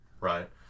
right